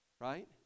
Right